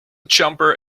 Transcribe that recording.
jumper